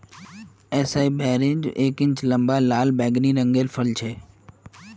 एसाई berries एक inch लंबा लाल बैंगनी रंगेर फल छे